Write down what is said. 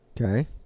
Okay